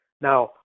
Now